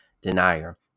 denier